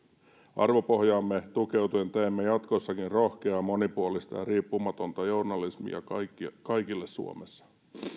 arvopohjaamme tukeutuen teemme jatkossakin rohkeaa monipuolista ja riippumatonta journalismia kaikille suomessa